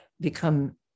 become